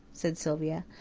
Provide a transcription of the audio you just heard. said sylvia.